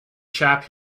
chap